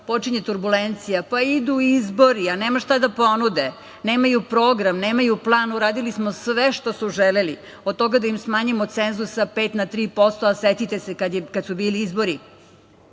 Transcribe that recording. počinje turbulencija, pa idu izbori, a nemaju šta da ponude. Nemaju program, nemaju plan. Uradili smo sve što su želeli, od toga da im smanjimo cenzus sa pet na tri posto, a setite se kad su bili izbori,